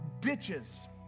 ditches